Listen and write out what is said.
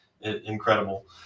incredible